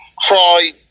try